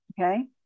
Okay